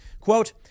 Quote